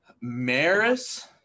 Maris